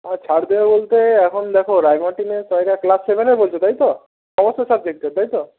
হ্যাঁ ছাড় দেওয়া বলতে এখন দেখো রায় মার্টিনের সহায়িকা ক্লাস সেভেনের বলছো তাই তো সমস্ত সাবজেক্টের তাই তো